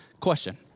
Question